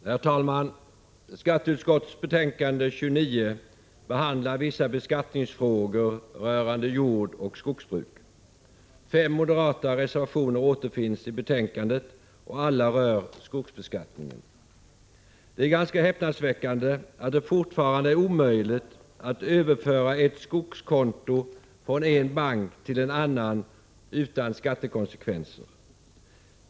Herr talman! Skatteutskottets betänkande 29 behandlar vissa beskattningsfrågor rörande jordoch skogsbruk. Fem moderata reservationer återfinns i betänkandet, och alla rör skogsbeskattningen. Det är ganska häpnadsväckande att det fortfarande är omöjligt att överföra ett skogskonto från en bank till en annan utan skattekonsekvenser.